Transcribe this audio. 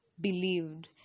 believed